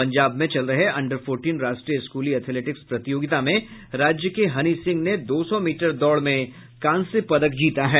पंजाब में चल रहे अंडर फोर्टीन राष्ट्रीय स्कूली एथलेटिक्स प्रतियोगिता में राज्य के हनी सिंह ने दो सौ मीटर दौड़ में कास्य पदक जीता है